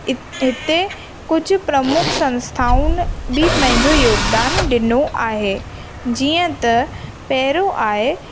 इत हिते कुझु प्रमुख संस्थाउनि बि पंहिंजो योगदानु ॾिनो आहे जीअं त पहिरियों आहे